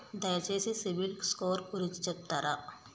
దయచేసి CIBIL score గురించి చెప్తరా?